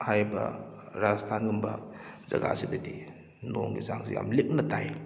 ꯍꯥꯏꯔꯤꯕ ꯔꯥꯖꯁꯊꯥꯟꯒꯨꯝꯕ ꯖꯒꯥꯁꯤꯗꯗꯤ ꯅꯣꯡꯒꯤ ꯆꯥꯡꯁꯤ ꯌꯥꯝ ꯂꯤꯛꯅ ꯇꯥꯏ